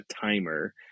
timer